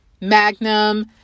Magnum